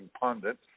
pundit